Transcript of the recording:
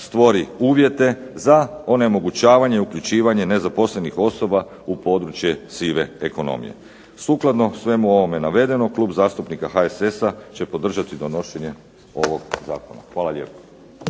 stvori uvjete za onemogućavanje uključivanje nezaposlenih osoba u područje sive ekonomije. Sukladno svemu ovome navedenom Klub zastupnika HSS-a će podržati donošenje ovog zakona. Hvala lijepa.